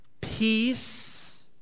peace